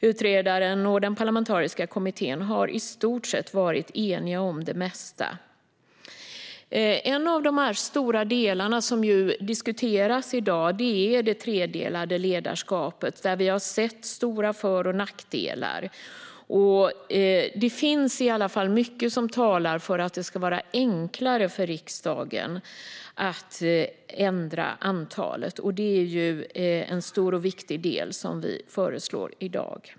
Utredaren och den parlamentariska kommittén har i stort sett varit eniga om det mesta. En av de stora delar som diskuteras i dag är det tredelade ledarskapet, där vi har sett stora fördelar och nackdelar. Det finns i alla fall mycket som talar för att det ska vara enklare för riksdagen att ändra antalet. Det är en stor och viktig del som vi föreslår i dag.